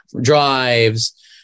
drives